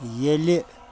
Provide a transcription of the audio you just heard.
ییٚلہٕ